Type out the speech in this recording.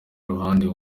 ruhande